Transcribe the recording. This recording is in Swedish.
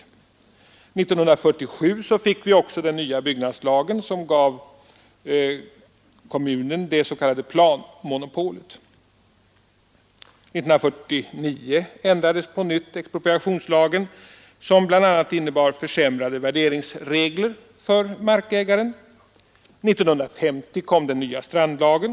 1947 fick vi också den nya byggnadslagen, som gav kommunen det s.k. planmonopolet. 1949 ändrades på nytt expropriationslagen, vilket bl.a. innebar försämrade värderingsregler för markägaren. 1950 kom den nya strandlagen.